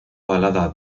balada